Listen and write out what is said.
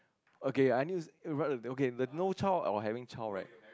okay I need okay no child or having child right